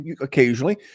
occasionally